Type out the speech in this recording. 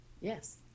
yes